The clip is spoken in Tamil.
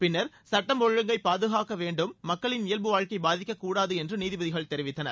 பின்னர் சுட்டம் ஒழுங்கை பாதுகாக்க வேண்டும் மக்களின் இயல்பு வாழ்க்கை பாதிக்கக்கூடாது என்று நீதிபதிகள் தெரிவித்தனர்